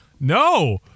No